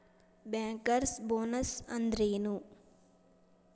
Bankers bonus ಅಂದ್ರೇನು?